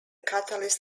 catalyst